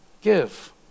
give